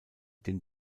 den